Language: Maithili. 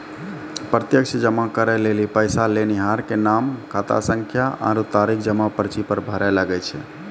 प्रत्यक्ष जमा करै लेली पैसा लेनिहार के नाम, खातासंख्या आरु तारीख जमा पर्ची पर भरै लागै छै